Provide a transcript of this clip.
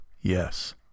yes